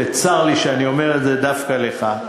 וצר לי שאני אומר את זה דווקא לך,